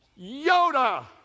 Yoda